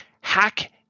hack